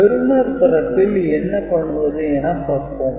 பெறுனர் தரப்பில் என்ன பண்ணுவது என பார்ப்போம்